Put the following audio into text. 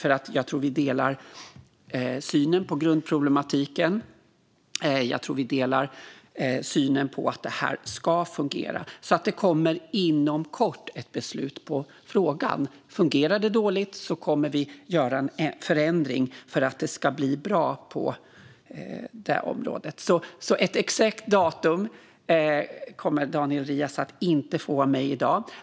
Jag tror att vi delar synen på grundproblematiken och att det ska fungera. Det kommer inom kort ett beslut i frågan. Om det fungerar dåligt kommer vi att göra en förändring för att det ska bli bra på det här området. Ett exakt datum kommer Daniel Riazat inte att få av mig i dag.